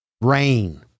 Rain